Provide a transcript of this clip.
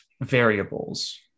variables